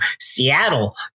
Seattle